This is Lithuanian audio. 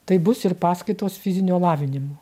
tai bus ir paskaitos fizinio lavinimo